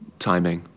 timing